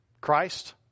Christ